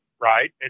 right